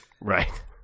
Right